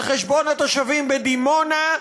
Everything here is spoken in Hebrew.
על חשבון התושבים בדימונה,